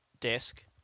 desk